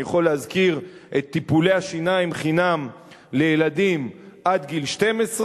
אני יכול להזכיר את טיפולי השיניים חינם לילדים עד גיל 12,